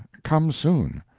come soon.